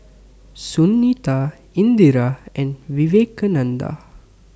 Sunita Indira and Vivekananda